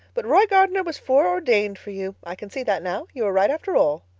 but roy gardner was foreordained for you. i can see that now. you were right, after all.